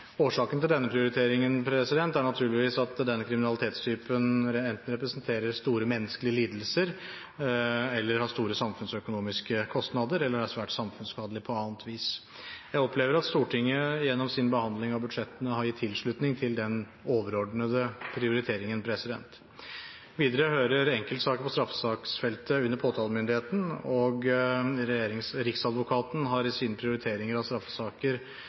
Årsaken til denne prioriteringen er naturligvis at denne kriminalitetstypen enten representerer store menneskelige lidelser, har store samfunnsøkonomiske kostnader eller er svært samfunnsskadelig på annet vis. Jeg opplever at Stortinget gjennom sin behandling av budsjettene har gitt tilslutning til den overordnede prioriteringen. Videre hører enkeltsaker på straffesaksfeltet inn under påtalemyndigheten, og Riksadvokaten har i sine prioriteringer av straffesaker